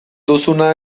duzuna